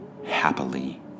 happily